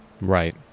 right